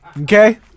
Okay